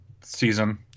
season